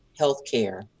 healthcare